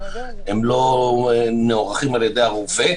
הם לא מוערכים על ידי הרופא,